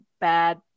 bad